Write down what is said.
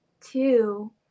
two